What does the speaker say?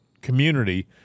community